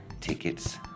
tickets